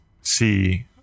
see